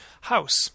house